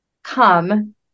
come